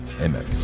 amen